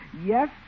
Yes